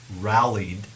rallied